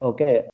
Okay